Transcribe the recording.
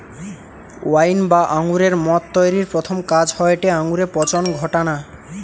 wine বা আঙুরের মদ তৈরির প্রথম কাজ হয়টে আঙুরে পচন ঘটানা